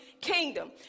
kingdom